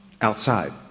outside